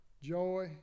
joy